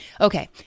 Okay